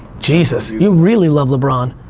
jesus, you really love lebron.